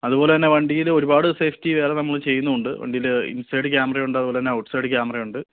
അതുപോലെ തന്നെ വണ്ടിയിൽ ഒരുപാട് സേഫ്റ്റി വേറെ നമ്മൾ ചെയ്യുന്നും ഉണ്ട് വണ്ടിയുടെ ഇൻസൈഡ് ക്യാമറ ഉണ്ട് അതുപോലെ തന്നെ ഔട്ട്സൈഡ് ക്യാമറ ഉണ്ട്